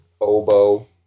oboe